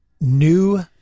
new